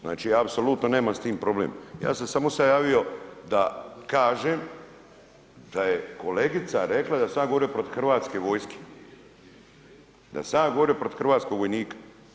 Znači ja apsolutno nemam s tim problem, ja sam samo se javio da kažem da je kolegica rekla da sam ja govorio protiv hrvatske vojske, da sam ja govorio protiv hrvatskog vojnika.